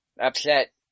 Upset